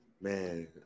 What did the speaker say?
Man